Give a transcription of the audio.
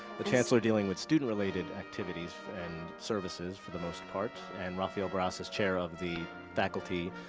the chancellor dealing with student-related activities and services, for the most part, and rafael bras is chair of the faculty,